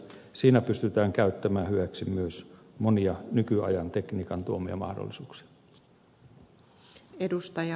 siinä pystytään käyttämään hyväksi myös monia nykyajan tekniikan tuomia mahdollisuuksia